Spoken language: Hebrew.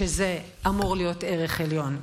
שזה אמור להיות ערך עליון,